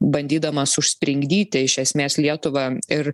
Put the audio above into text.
bandydamas užspringdyti iš esmės lietuvą ir